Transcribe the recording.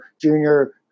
Junior